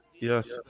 Yes